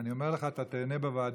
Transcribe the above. אני אומר לך, אתה תיהנה בוועדות.